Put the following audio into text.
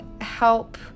help